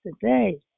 today